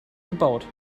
gebaut